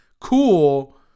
cool